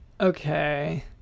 Okay